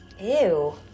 Ew